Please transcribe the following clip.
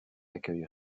accueille